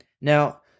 Now